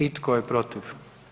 I tko je protiv?